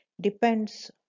depends